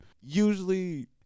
usually